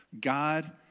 god